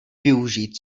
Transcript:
využít